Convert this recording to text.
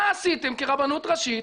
מה עשיתם כרבנות ראשית?